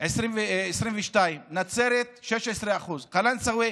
22%; נצרת, 16%; קלנסווה,